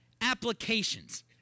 applications